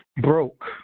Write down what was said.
broke